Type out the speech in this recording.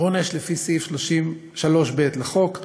העונש לפי סעיף 3(ב) לחוק.